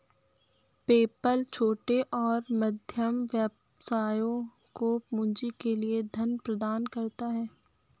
PayPal छोटे और मध्यम व्यवसायों को पूंजी के लिए धन प्रदान करता है